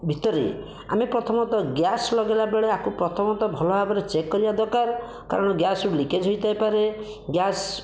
ଭିତରେ ଆମେ ପ୍ରଥମତଃ ଗ୍ୟାସ୍ ଲଗାଇଲା ବେଳେ ଏଆକୁ ପ୍ରଥମତଃ ଭଲ ଭାବରେ ଚେକ୍ କରିବା ଦରକାର କାରଣ ଗ୍ୟାସ୍ରୁ ଲିକେଜ ହୋଇଥାଇ ପାରେ ଗ୍ୟାସ୍